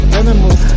animals